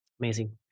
Amazing